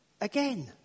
again